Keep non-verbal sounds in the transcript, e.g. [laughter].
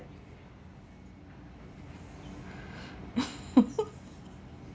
[laughs]